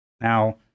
Now